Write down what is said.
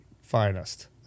Finest